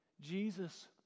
Jesus